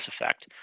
effect